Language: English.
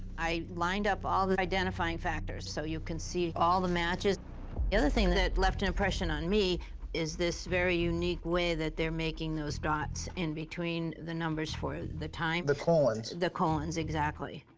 i lined up all the identifying factors, so you can see all the matches. the other thing that left an impression on me is this very unique way that they're making those dots in between the numbers for the time. the colons. the colons, exactly.